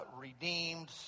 redeemed